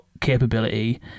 capability